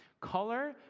Color